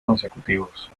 consecutivos